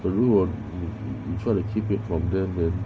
but 如果你 try to keep it from them then